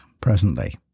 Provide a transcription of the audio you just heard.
presently